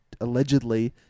allegedly